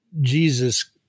Jesus